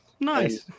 Nice